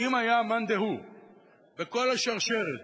האם היה מאן דהוא בכל השרשרת